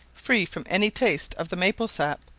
free from any taste of the maple-sap,